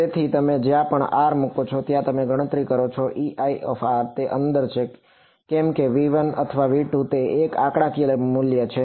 તેથી તમે જ્યાં પણ r મૂકો ત્યાં તમે ગણતરી કરો છો Eir તે અંદર છે કે કેમ V1 અથવા V2તે એક આંકડાકીય મૂલ્ય છે